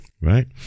right